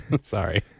Sorry